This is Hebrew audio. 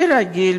כרגיל,